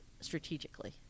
strategically